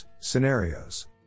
scenarios